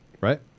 right